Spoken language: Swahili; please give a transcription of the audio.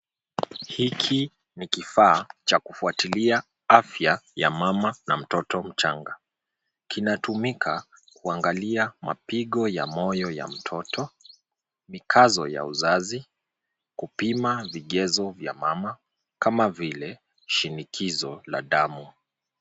Hiki ni kifaa cha kufuatilia afya ya mama na mtoto mchanga. Kinatumika kuangalia mapigo ya moyo ya Mtoto, mikazo ya uzazi, kupima vigezo vya mama Kama vile shinikizo la damu.